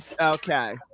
Okay